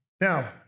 Now